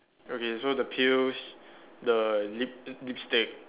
okay so the pails the lip lipstick